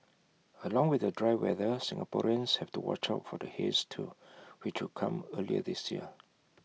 along with the dry weather Singaporeans have to watch out for the haze too which could come earlier this year